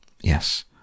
Yes